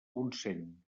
consent